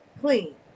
clean